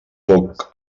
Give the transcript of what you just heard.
poc